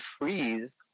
freeze